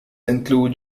include